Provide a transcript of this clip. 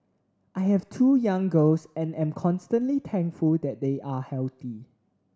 I have two young girls and am constantly thankful that they are healthy